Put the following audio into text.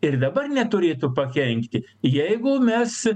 ir dabar neturėtų pakenkti jeigu mes